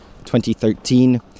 2013